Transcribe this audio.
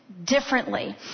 differently